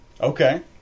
Okay